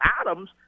Adams